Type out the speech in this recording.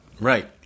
Right